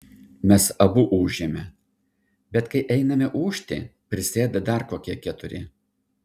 mes abu ūžėme bet kai einame ūžti prisėda dar kokie keturi